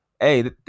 hey